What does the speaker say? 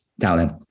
talent